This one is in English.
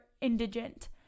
indigent